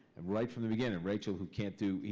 and right from the beginning, rachel who can't do.